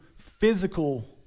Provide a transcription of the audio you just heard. physical